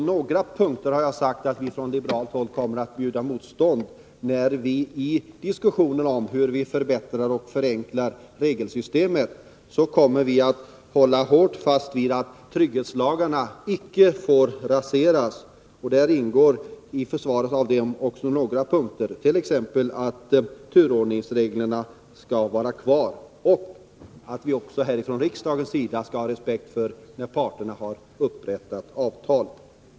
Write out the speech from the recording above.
Jag har sagt att vi från liberalt håll i diskussionen om hur regelsystemet skall förbättras och förenklas kommer att bjuda motstånd och hålla hårt fast vid att trygghetslagarna icke raseras. I försvaret av dem ingår att turordningsreglerna skall vara kvar, och att riksdagen skall ha respekt för av parterna upprättade avtal.